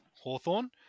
Hawthorne